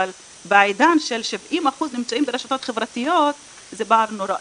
אבל בעידן ש-70% נמצאים ברשתות החברתיות זה פער נוראי,